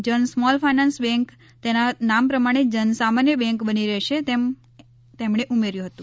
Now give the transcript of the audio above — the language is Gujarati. જન સ્મોલ ફાઇનાન્સ બેંક તેના નામ પ્રમાણે જન સામાન્યની બેંક બની રહેશે તેમ તેમણે ઉમેર્યું હતું